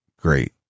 great